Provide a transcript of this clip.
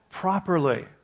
properly